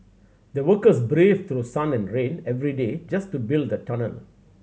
the workers braved through sun and rain every day just to build the tunnel